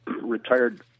retired